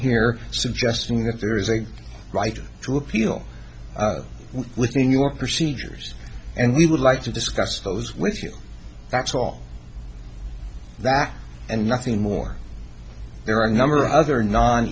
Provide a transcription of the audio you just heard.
here suggesting that there is a right to appeal within your procedures and we would like to discuss those with you that's all that and nothing more there are a number of other non